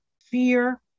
fear